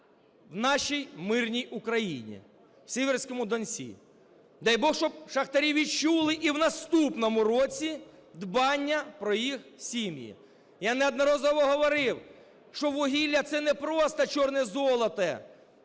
в нашій мирній Україні, в Cіверському Донці. Дай Бог, щоб шахтарі відчули і в наступному році дбання про їхні сім'ї. Я неодноразово говорив, що вугілля це не просто "чорне золото",